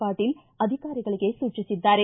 ಪಾಟೀಲ್ ಅಧಿಕಾರಿಗಳಿಗೆ ಸೂಚಿಸಿದ್ದಾರೆ